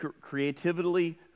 creatively